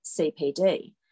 CPD